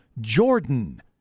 Jordan